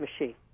machine